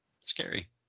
scary